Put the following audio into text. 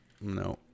no